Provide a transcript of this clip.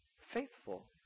faithful